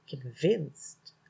convinced